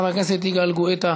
חבר הכנסת יגאל גואטה,